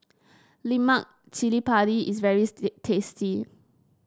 Lemak Cili Padi is very tasty